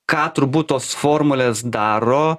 ką turbūt tos formulės daro